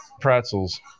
pretzels